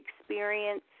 experience